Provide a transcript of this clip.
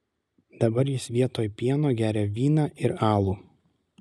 dabar jis vietoj pieno geria vyną ir alų